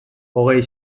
hogei